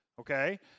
okay